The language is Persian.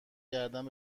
گردن